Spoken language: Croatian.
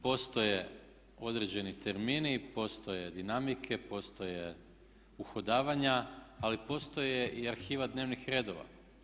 Postoje određeni termini, postoje dinamike, postoje uhodavanja, ali postoji i arhiva dnevnih redova.